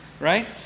right